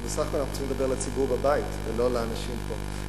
הרי בסך הכול אנחנו רוצים לדבר אל הציבור בבית ולא אל האנשים פה.